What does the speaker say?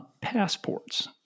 passports